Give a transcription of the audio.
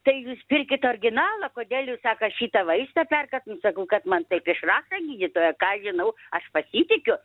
tai jūs pirkit orginalą kodėl jūs sako šitą vaistą perkat nu sakau kad man taip išrašo gydytoja ką aš žinau aš pasitikiu